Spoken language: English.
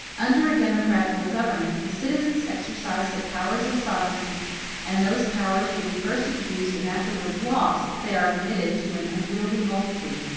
under a democratical government, the citizens exercise the powers of sovereignty and those powers will be first abused, and afterwards lost, if they are committed to an unwieldy multitude.